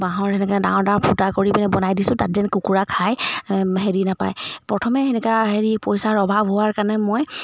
বাঁহৰ তেনেকৈ ডাঙৰ ডাঙৰ ফুটা কৰি পিনে বনাই দিছোঁ তাত যেন কুকুৰা খাই হেৰি নাপায় প্ৰথমে তেনেকুৱা হেৰি পইচাৰ অভাৱ হোৱাৰ কাৰণে মই